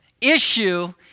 issue